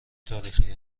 تاریخی